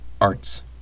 Arts